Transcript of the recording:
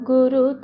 Guru